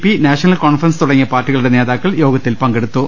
P National Conference തുടങ്ങിയ പാർട്ടികളുടെ നേതാക്കൾ യോഗത്തിൽ പങ്കെ ടുത്തു